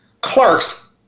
clerks